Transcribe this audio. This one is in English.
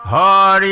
aa